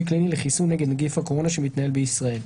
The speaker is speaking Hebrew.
קליני לחיסון נגד נגיף הקורונה שמתנהל בישראל.